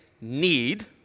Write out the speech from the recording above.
need